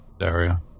area